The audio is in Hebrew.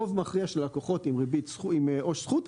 רוב מכריע של הלקוחות עם עו"ש זכות,